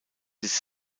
ist